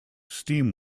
steam